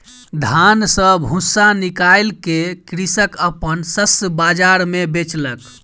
धान सॅ भूस्सा निकाइल के कृषक अपन शस्य बाजार मे बेचलक